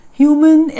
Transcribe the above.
human